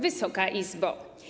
Wysoka Izbo!